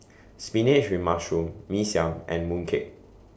Spinach with Mushroom Mee Siam and Mooncake